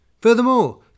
Furthermore